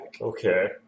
Okay